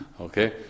okay